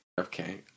Okay